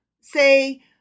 say